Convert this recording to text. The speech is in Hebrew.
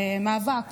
במאבק